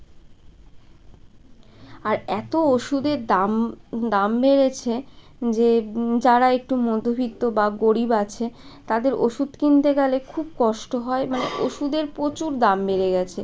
আর এতো ওষুধের দাম দাম বেড়েছে যে যারা একটু মধ্যবিত্ত বা গরিব আছে তাদের ওষুধ কিনতে গেলে খুব কষ্ট হয় মানে ওষুধের প্রচুর দাম বেড়ে গেছে